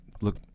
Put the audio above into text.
look